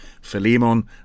Philemon